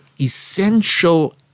essential